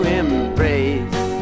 embrace